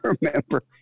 remember